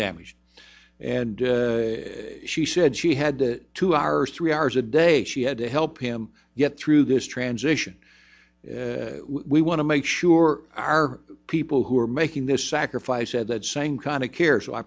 damaged and she said she had two hours three hours a day she had to help him get through this transition we want to make sure our people who are making this sacrifice said that same kind of care so i